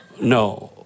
no